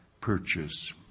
purchase